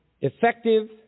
effective